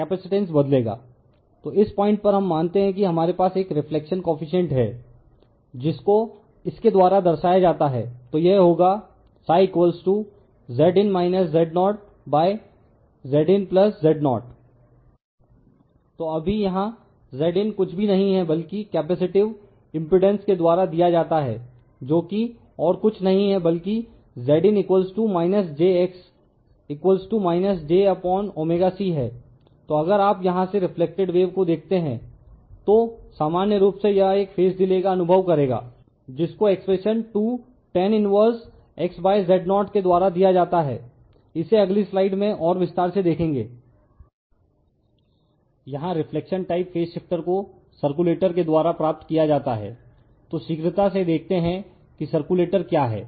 capacitance बदलेगा तो इस पॉइंट पर हम मानते हैं कि हमारे पास एक रिफ्लेक्शन कॉएफिशिएंट है जिसको इसके द्वारा दर्शाया जाता है तो यह होगा Zin ZoZinZo तो अभी यहां Zin कुछ भी नहीं है बल्कि कैपेसिटिव एमपीडांस के द्वारा दिया जाता है जो कि और कुछ नहीं है बल्कि Zin jX jωC है तो अगर आप यहां से रिफ्लेक्टेड बेव को देखते हैं तो सामान्य रूप से यह एक फेस डिले का अनुभव करेगा जिसको एक्सप्रेशन 2tan 1XZ0 के द्वारा दिया जाता है इसे अगली स्लाइड में और विस्तार से देखेंगे यहां रिफ्लेक्शन टाइप फेज शिफ्टर को सर्कुलेटर के द्वारा प्राप्त किया जाता है तो शीघ्रता से देखते हैं कि सर्कुलेटर क्या है